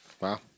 Wow